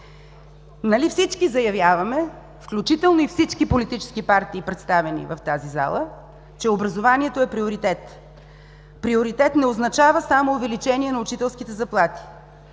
Нали всички заявяваме, включително и всички политически партии, представени в тази зала, че образованието е приоритет. Приоритет не означава само увеличение на учителските заплати.